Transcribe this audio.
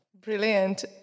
Brilliant